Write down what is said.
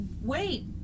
wait